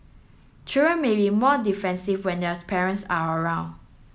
children may be more defensive when their parents are around